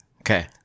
Okay